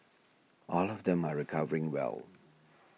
all of them are recovering well